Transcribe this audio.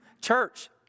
Church